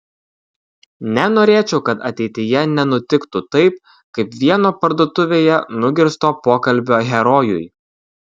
nenorėčiau kad ateityje nenutiktų taip kaip vieno parduotuvėje nugirsto pokalbio herojui